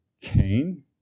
Cain